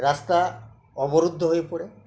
রাস্তা অবরুদ্ধ হয়ে পড়ে